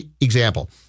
example